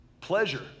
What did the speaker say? Pleasure